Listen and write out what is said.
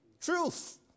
Truth